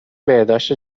بهداشت